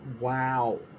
wow